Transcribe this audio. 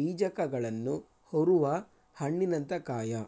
ಬೀಜಕಗಳನ್ನು ಹೊರುವ ಹಣ್ಣಿನಂಥ ಕಾಯ